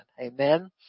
Amen